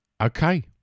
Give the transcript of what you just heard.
Okay